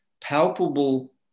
palpable